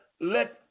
let